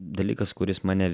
dalykas kuris mane